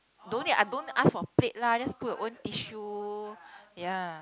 don't need I don't ask for plate lah just put your own tissue ya